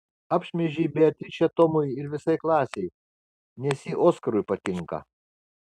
apšmeižei beatričę tomui ir visai klasei nes ji oskarui patinka